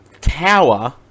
tower